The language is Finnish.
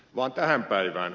vaan tähän päivään